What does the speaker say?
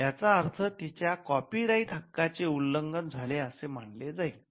याचा अर्थ तिच्या कॉपी राईट हक्काचे उल्लंघन झाले असे मानले जाईल